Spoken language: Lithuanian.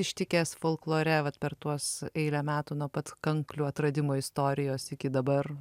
ištikęs folklore vat per tuos eilę metų nuo pat kanklių atradimo istorijos iki dabar